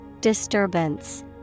Disturbance